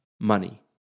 money